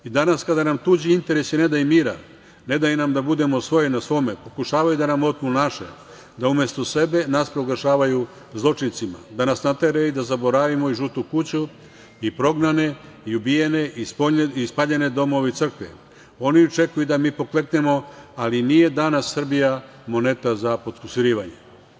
Danas kada nam tuđi interesi ne daju mira, ne daju nam da budemo svoj na svome, pokušavaju da nam otmu naše, da umesto sebe nas proglašavaju zločincima, da nas nateraju da zaboravimo i „žutu kuću“ i prognane, ubijene, spaljene domove i crkve, oni očekuju da mi pokleknemo, ali nije danas Srbija moneta za potkusurivanje.